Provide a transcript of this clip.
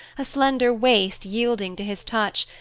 a slender waist yielding to his touch,